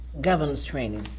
governor's training,